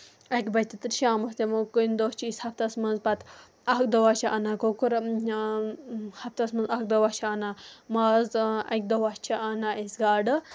اَکہِ بَجہِ تہِ تہٕ شامَس تہِ کُنہِ دۄہ چھِ أسۍ ہَفتس منٛز پَتہٕ اکھ دوٚوا چھِ اَنان کۄکُر ہَفتَس منٛز اکھ دوٚوا چھِ اَنان ماز اَکہِ دوٚوا چھِ اَنان أسۍ گاڈٕ